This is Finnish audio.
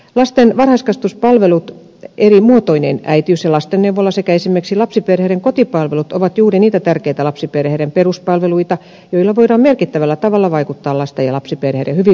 lasten varhaiskasvatuspalvelut eri muotoineen äitiys ja lastenneuvola sekä esimerkiksi lapsiperheiden kotipalvelut ovat juuri niitä tärkeitä lapsiperheiden peruspalveluita joilla voidaan merkittävällä tavalla vaikuttaa lasten ja lapsiperheiden hyvinvointiin